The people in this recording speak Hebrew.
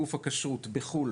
גוף הכשרות בחו"ל